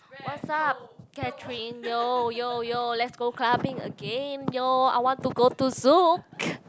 what's up Catherine yo yo yo let's go clubbing again yo I want to go to Zouk